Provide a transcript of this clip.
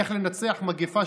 "איך לנצח מגפה",